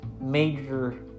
major